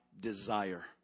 desire